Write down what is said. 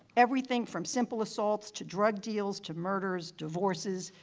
everything from simple assaults to drug deals to murders, divorces,